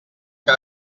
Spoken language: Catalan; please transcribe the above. que